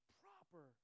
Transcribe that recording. proper